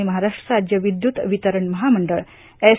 आणि महाराष्ट्र राज्य विद्युत वितरण महामंडळ एस